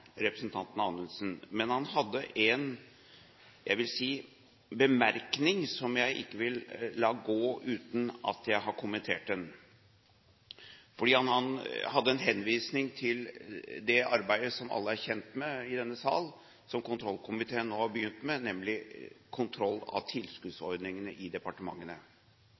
men han hadde en – jeg vil si – bemerkning som jeg ikke vil la gå uten at jeg har kommentert den. Han hadde en henvisning til det arbeidet som alle er kjent med i denne sal, som kontrollkomiteen nå har begynt med, nemlig kontroll av tilskuddsordningene i departementene.